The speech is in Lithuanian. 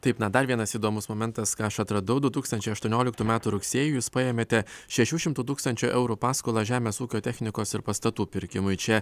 taip na dar vienas įdomus momentas ką aš atradau du tūkstančiai aštuonioliktų metų rugsėjį jūs paėmėte šešių šimtų tūkstančių eurų paskolą žemės ūkio technikos ir pastatų pirkimui čia